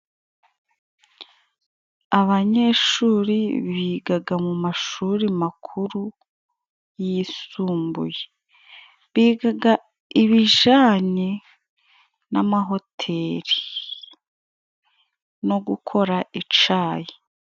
Abanyeshuri bigaga mu mashuri makuru, yisumbuye. Bigaga ibijanye n'amahoteri no gukora icayi.